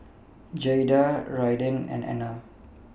Jaeda Raiden and Ena